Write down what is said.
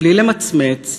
בלי למצמץ,